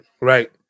Right